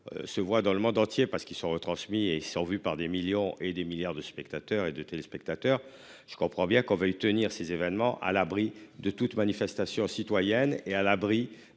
se voit dans le monde entier parce qu'ils sont retransmis et sont vu par des millions et des milliards de spectateurs et de téléspectateurs. Je comprends bien qu'on veuille tenir ces événements à l'abri de toute manifestation citoyenne et à l'abri